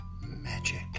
Magic